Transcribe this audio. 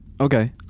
Okay